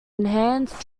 enhance